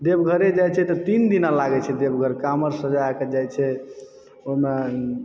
देवघरे जाइ छै तऽ तीन दिन लागै छै देवघरके काँवर सजा कऽ जाइ छै ओहिमे